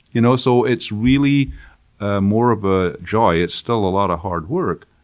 you know so, it's really more of a joy. it's still a lot of hard work,